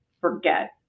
forget